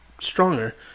stronger